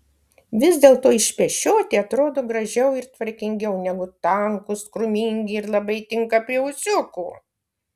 vis dėlto išpešioti atrodo gražiau ir tvarkingiau negu tankūs krūmingi ir labai tinka prie ūsiukų